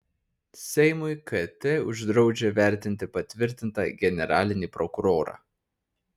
seimui kt uždraudžia vertinti patvirtintą generalinį prokurorą